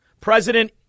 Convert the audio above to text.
President